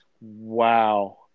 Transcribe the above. Wow